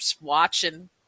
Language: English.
watching